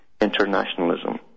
internationalism